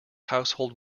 household